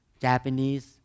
Japanese